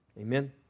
Amen